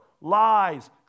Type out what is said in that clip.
lies